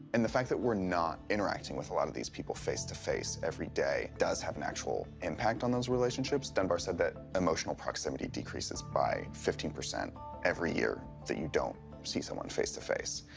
and the fact that we're not interacting with a lot of these people face-to-face every day does have an actual impact on those relationships. dunbar said that emotional proximity decreases by fifteen percent every year that you don't see someone face-to-face.